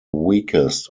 weakest